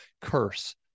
curse